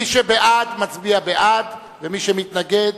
מי שבעד, מצביע בעד, מי שמתנגד